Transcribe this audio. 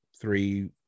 three